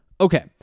Okay